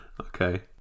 Okay